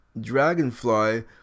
Dragonfly